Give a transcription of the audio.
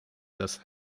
das